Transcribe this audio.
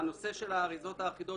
הנושא של האריזות האחידות,